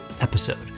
episode